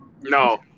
No